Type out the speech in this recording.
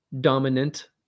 dominant